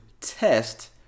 test